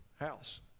house